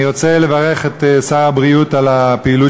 אני רוצה לברך את שר הבריאות על הפעילות